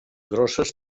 grosses